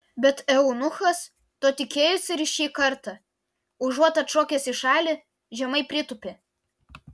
bet eunuchas to tikėjosi ir šį kartą užuot atšokęs į šalį žemai pritūpė